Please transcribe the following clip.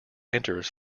enters